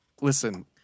Listen